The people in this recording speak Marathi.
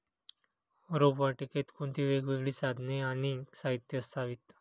रोपवाटिकेत कोणती वेगवेगळी साधने आणि साहित्य असावीत?